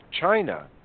China